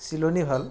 চিলনি ভাল